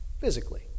physically